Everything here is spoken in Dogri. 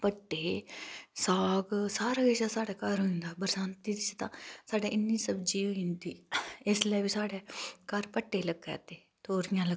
पट्टे साग सारा किछ साढ़ै घर होंदा बरसांती च ते इन्नी सब्जी होई जंदी एसलै बी साढ़ै घर भट्ठे लगा दे तोरिआं लग्गा दियां